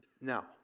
Now